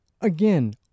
Again